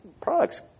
products